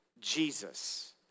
Jesus